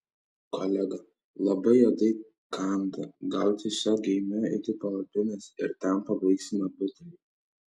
kolega labai uodai kanda gal tiesiog eime iki palapinės ir ten pabaigsime butelį